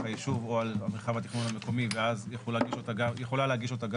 היישוב או על מרחב התכנון המקומי ואז יכולה להגיש אותה גם